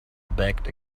backed